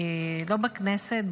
לא בכנסת ,